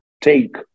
take